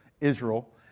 Israel